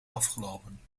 afgelopen